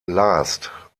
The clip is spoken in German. last